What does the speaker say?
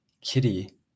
Kitty